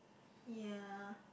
ya